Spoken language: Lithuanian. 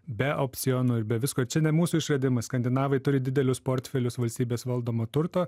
be opcionų ir be visko ir čia ne mūsų išradimas skandinavai turi didelius portfelius valstybės valdomo turto